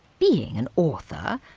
being an author,